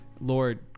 Lord